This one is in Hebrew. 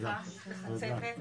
בהצלחה, יש לך צוות נפלא,